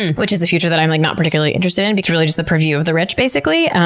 which is a future that i'm like not particularly interested in. it's really just the purview of the rich, basically.